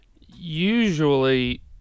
Usually